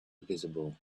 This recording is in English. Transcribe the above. visible